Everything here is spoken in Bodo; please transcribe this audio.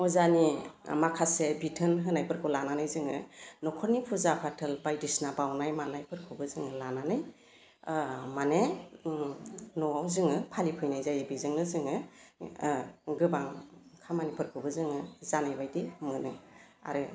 अजानि माखासे बिथोन होनायफोरखौ लानानै जोङो नखरनि फुजा फाथोल बायदिसिना बावनाय मानायफोरखौबो जोङो लानानै ओह माने ओम न'आव जोङो फालिफैनाय जायो बेजोंनो जोङो गोबां खामानिफोरखौबो जोङो जानाय बायदि मोनो आरो